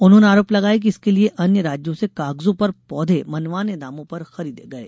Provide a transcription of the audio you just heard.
उन्होंने आरोप लगाया कि इसके लिये अन्य राज्यों से कागजों पर पौधे मनमाने दामों पर खरीदे गये